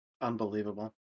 Unbelievable